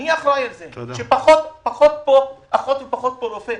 אני אחראי על זה שפחות ופחות פה --- תודה.